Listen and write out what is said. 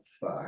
fuck